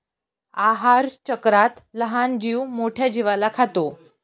आहारचक्रात लहान जीव मोठ्या जीवाला खातो